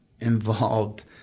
involved